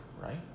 right